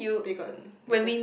because